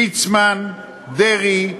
ליצמן, דרעי,